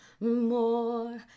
more